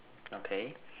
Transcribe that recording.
okay